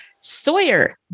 Sawyer